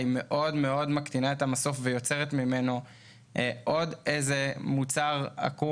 היא מקטינה מאוד את המסוף ויוצרת ממנו עוד איזה מוצר עקום,